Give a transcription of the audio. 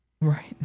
Right